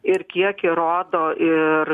ir kiek ir rodo ir